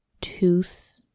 tooth